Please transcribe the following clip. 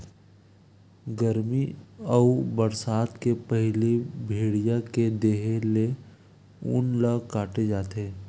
गरमी अउ बरसा के पहिली भेड़िया के देहे ले ऊन ल काटे जाथे